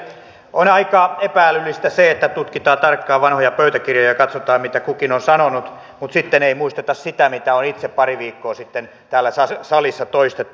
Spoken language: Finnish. on aika epä älyllistä se että tutkitaan tarkkaan vanhoja pöytäkirjoja ja katsotaan mitä kukin on sanonut mutta sitten ei muisteta sitä mitä on itse pari viikkoa sitten täällä salissa toistettu